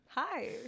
Hi